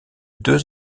deux